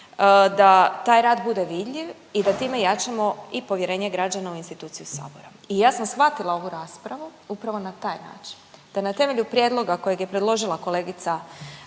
da taj rad bude vidljiv i da time jačamo i povjerenje građana u instituciju Sabora. I ja sam shvatila ovu raspravu upravo na taj način, da te na temelju prijedloga koje je predložila kolegica